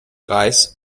reis